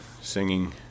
singing